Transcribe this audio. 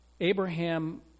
Abraham